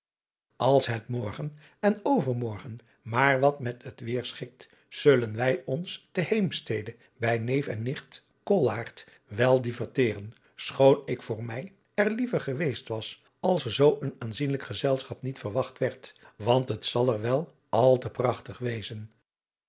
als het morgen en overmorgen maar wat met het weêr schikt zullen wij ons te heemstede bij neef en nicht koolaart wel diverteren schoon ik voor mij er liever geweest was als er zoo een aanzienlijk gezelschap niet gewacht werd want het zal er wat al te prachtig wezen